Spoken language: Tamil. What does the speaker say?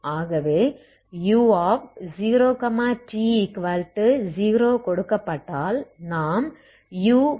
ஆகவே u0t0கொடுக்கப்பட்டால் நாம் u